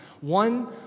One